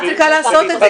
את צריכה לעשות את זה.